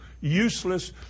useless